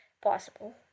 possible